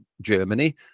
Germany